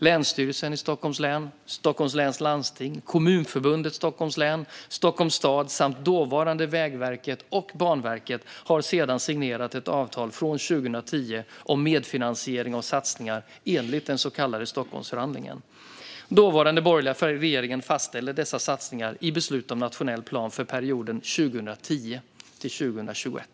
Länsstyrelsen i Stockholms län, Stockholms läns landsting, Kommunförbundet Stockholms län, Stockholms stad samt dåvarande Vägverket och Banverket har sedan signerat ett avtal från 2010 om medfinansiering av satsningar enligt den så kallade Stockholmsförhandlingen. Den dåvarande borgerliga regeringen fastställde dessa satsningar i beslut om nationell plan för perioden 2010-2021.